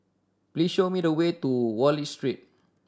please show me the way to Wallich Street